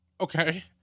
okay